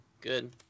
good